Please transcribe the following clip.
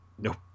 Nope